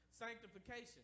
sanctification